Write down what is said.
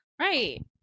Right